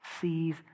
sees